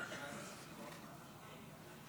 קובע כי הצעת חוק התכנון והבנייה (תיקון,